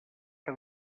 que